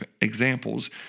examples